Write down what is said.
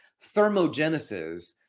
thermogenesis